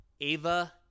Ava